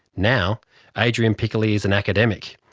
now adrian piccoli is an academic,